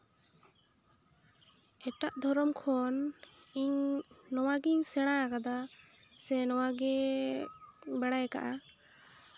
ᱮᱴᱟᱜ ᱫᱷᱚᱨᱚᱢ ᱠᱷᱚᱱ ᱤᱧ ᱱᱚᱣᱟ ᱜᱮᱧ ᱥᱮᱬᱟ ᱟᱠᱟᱫᱟ ᱥᱮ ᱱᱚᱣᱟ ᱜᱮ ᱵᱟᱲᱟᱭ ᱠᱟᱜᱼᱟ